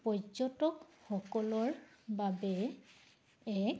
পৰ্যটকসকলৰ বাবে এক